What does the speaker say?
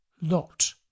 Lot